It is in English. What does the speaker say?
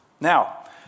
Now